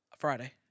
Friday